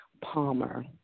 Palmer